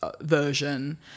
version